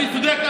אני צודק,